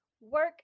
work